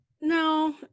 No